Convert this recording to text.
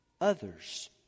Others